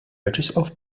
arċisqof